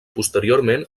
posteriorment